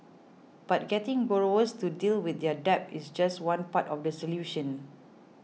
but getting borrowers to deal with their debt is just one part of the solution